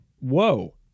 whoa